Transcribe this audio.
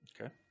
Okay